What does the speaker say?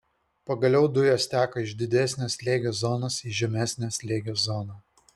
pagaliau dujos teka iš didesnio slėgio zonos į žemesnio slėgio zoną